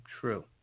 True